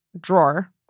drawer